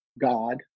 God